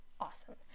awesome